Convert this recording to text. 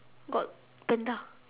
got panda